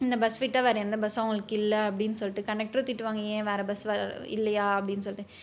இந்த பஸ் விட்டால் வேற எந்த பஸ்ஸும் அவங்களுக்கு இல்லை அப்படீன்னு சொல்லிட்டு கண்டெக்டரும் திட்டுவாங்க ஏன் வேறே பஸ் இல்லையா அப்படீன்னு சொல்லிட்டு